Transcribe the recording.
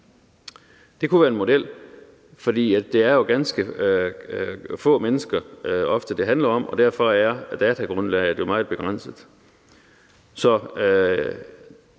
man kunne forsøge sig med, for det er jo ofte ganske få mennesker, det handler om, og derfor er datagrundlaget jo meget begrænset.